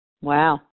Wow